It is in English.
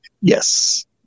Yes